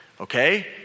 okay